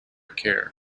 care